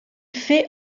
fait